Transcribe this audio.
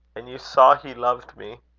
and you saw he loved me?